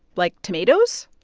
like, tomatoes?